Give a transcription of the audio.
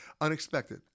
Unexpected